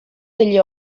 degli